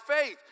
faith